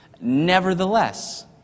Nevertheless